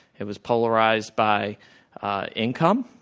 it was polarized by income,